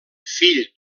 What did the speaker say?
fill